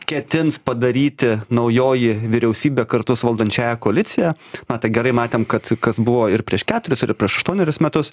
ketins padaryti naujoji vyriausybė kartu su valdančiąja koalicija na tai gerai matėm kad kas buvo ir prieš keturis ir prieš aštuoneris metus